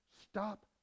stop